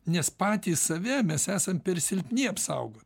nes patys save mes esam per silpni apsaugot